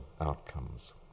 outcomes